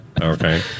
Okay